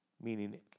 meaning